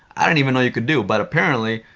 i don't even know you could do but apparently,